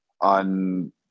on